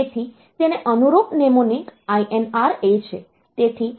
તેથી તેને અનુરૂપ નેમોનિક INR A છે